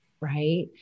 Right